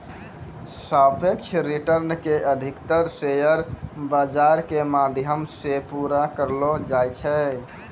सापेक्ष रिटर्न के अधिकतर शेयर बाजार के माध्यम से पूरा करलो जाय छै